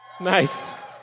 Nice